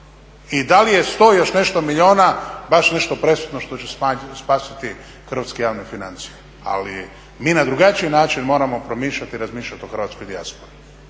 I da li je 100 i još nešto milijuna baš nešto presudno što će spasiti hrvatske javne financije. Ali mi na drugačiji način moramo promišljati i razmišljati o hrvatskoj dijaspori.